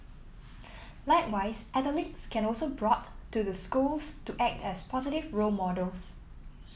likewise athletes can also brought to the schools to act as positive role models